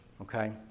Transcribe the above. okay